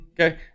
okay